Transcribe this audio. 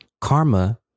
karma